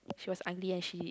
she was ugly and she